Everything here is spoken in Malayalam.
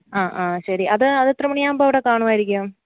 ആ ആ ശരി അത് അത് എത്ര മണി ആവുമ്പം അവിടെ കാണുമായിരിക്കും